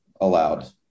allowed